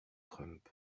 trump